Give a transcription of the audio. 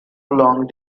long